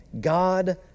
God